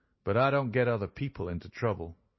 but i don't get other people into trouble.